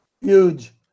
Huge